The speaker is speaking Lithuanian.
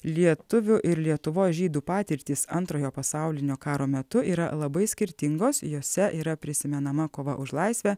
lietuvių ir lietuvos žydų patirtys antrojo pasaulinio karo metu yra labai skirtingos jose yra prisimenama kova už laisvę